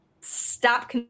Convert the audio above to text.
Stop